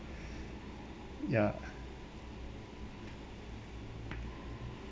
ya